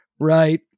Right